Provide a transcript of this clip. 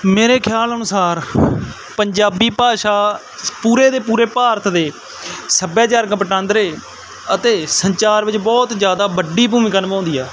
ਮੇਰੇ ਖਿਆਲ ਅਨੁਸਾਰ ਪੰਜਾਬੀ ਭਾਸ਼ਾ ਪੂਰੇ ਦੇ ਪੂਰੇ ਭਾਰਤ ਦੇ ਸੱਭਿਆਚਾਰਕ ਵਟਾਂਦਰੇ ਅਤੇ ਸੰਚਾਰ ਵਿੱਚ ਬਹੁਤ ਜ਼ਿਆਦਾ ਵੱਡੀ ਭੂਮਿਕਾ ਨਿਭਾਉਂਦੀ ਆ